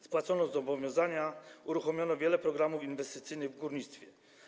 Spłacono zobowiązania, uruchomiono wiele programów inwestycyjnych w górnictwie.